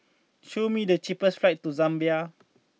show me the cheapest flights to Zambia